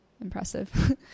impressive